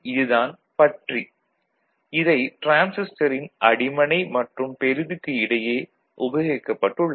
இது தான் 'பற்றி' இதை டிரான்சிஸ்டரின் அடிமனை மற்றும் பெறுதிக்கு இடையே உபயோகிக்கப்பட்டுள்ளது